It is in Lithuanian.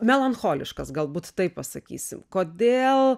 melancholiškas galbūt taip pasakysiu kodėl